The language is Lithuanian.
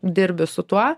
dirbi su tuo